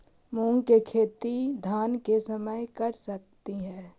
मुंग के खेती धान के समय कर सकती हे?